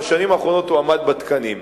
אבל בשנים האחרונות הוא עמד בתקנים.